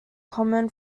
common